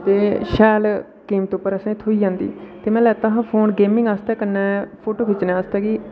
ते शैल कीमत पर असेंगी थ्होई जंदी ते में लैता हा फोन गेमिंग आस्तै ते कन्नै फोटु खिच्चने आस्तै कि